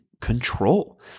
control